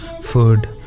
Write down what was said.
food